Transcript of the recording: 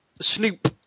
Snoop